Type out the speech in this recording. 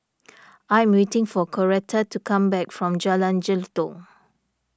I am waiting for Coretta to come back from Jalan Jelutong